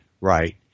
right